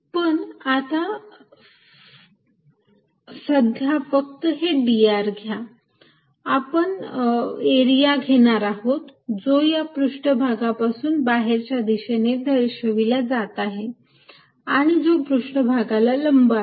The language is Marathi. पण आता सध्या फक्त हे d r घ्या आपण एरिया घेणार आहोत जो या पृष्ठभागापासून बाहेरच्या दिशेने दर्शविला जात आहे आणि जो पृष्ठभागाला लंब आहे